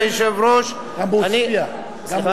היו"ר ראובן ריבלין: היו"ר ראובן ריבלין: גם